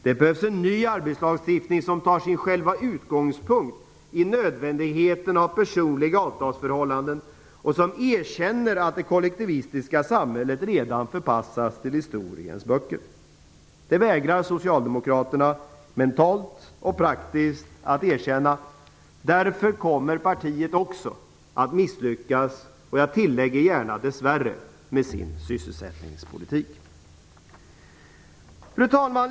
Det behövs en ny arbetslagstiftning, som tar sin utgångspunkt i nödvändigheten av personliga avtalsförhållanden och som erkänner att det kollektivistiska samhället redan har förpassats till historiens böcker. Det vägrar Socialdemokraterna mentalt och praktiskt att erkänna. Därför kommer partiet också - och jag tillägger gärna: dess värre - att misslyckas med sin sysselsättningspolitik. Fru talman!